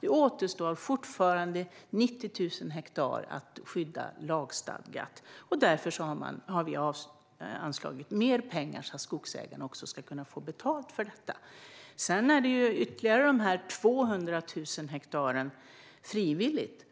Det återstår fortfarande 90 000 hektar att skydda lagstadgat, och därför har vi anslagit mer pengar så att skogsägarna ska kunna få betalt för detta. Målet om att 200 000 hektar ska skyddas frivilligt,